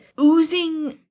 oozing